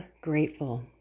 grateful